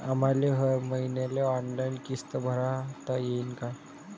आम्हाले हर मईन्याले ऑनलाईन किस्त भरता येईन का?